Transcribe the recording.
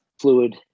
fluid